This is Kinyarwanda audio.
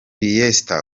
leicester